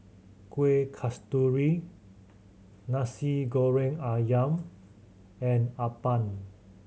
Kueh Kasturi Nasi Goreng Ayam and appam